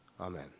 Amen